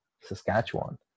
saskatchewan